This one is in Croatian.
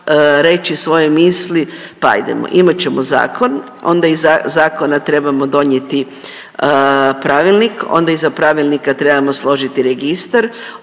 reći svoje misli pa ajdemo. Imat ćemo zakon, onda iza zakona trebamo donijeti pravilnik, onda iza pravilnika trebamo složiti registar,